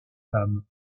femmes